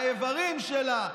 האיברים שלה,